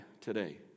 today